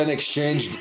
exchange